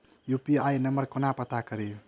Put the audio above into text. UPI number केना पत्ता कड़ी?